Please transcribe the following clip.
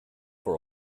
for